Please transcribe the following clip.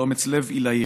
על אומץ לב עילאי,